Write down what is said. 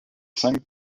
cinq